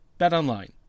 BetOnline